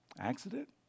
Accident